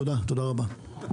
תודה רבה.